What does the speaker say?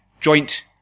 joint